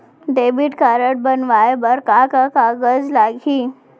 Debit card बनवाये बर का का कागज लागही?